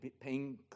paying